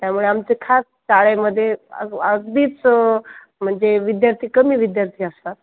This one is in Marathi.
त्यामुळे आमचे खास शाळेमध्ये अगदीच म्हणजे विद्यार्थी कमी विद्यार्थी असतात